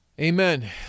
Amen